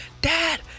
dad